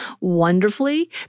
wonderfully